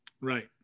Right